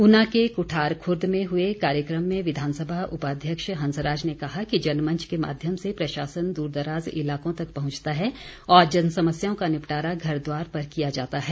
ऊना के कुठारखुर्द में हुए कार्यक्रम में विधानसभा उपाध्यक्ष हंसराज ने कहा कि जनमंच के माध्यम से प्रशासन दूरदराज इलाकों तक पहुंचता है और जन समस्याओं का निपटारा घरद्वार पर किया जाता है